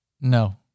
No